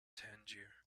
tangier